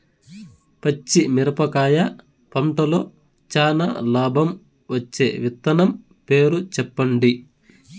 పచ్చిమిరపకాయ పంటలో చానా లాభం వచ్చే విత్తనం పేరు చెప్పండి?